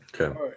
Okay